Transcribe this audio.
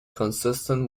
consistent